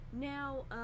now